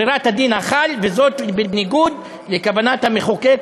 בניגוד לכוונת המחוקק,